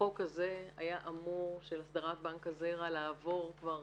החוק הזה של הסרת בנק הזרע היה אמור לעבור כבר